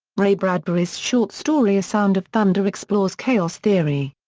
ray bradbury's short story a sound of thunder explores chaos theory.